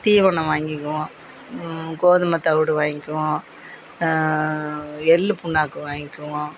தீவனம் வாங்கிக்குவோம் கோதுமை தவிடு வாங்கிக்குவோம் எள் புண்ணாக்கு வாங்கிக்குவோம்